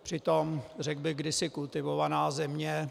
Přitom, řekl bych, kdysi kultivovaná země.